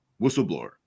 whistleblower